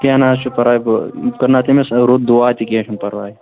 کیٚنٛہہ نہَ حظ چھُ پَرواے بہٕ کَرٕ ناو تٔمِس رُت دُعا تہٕ کیٚنٛہہ چھُنہٕ پَرواے